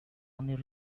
only